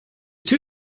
two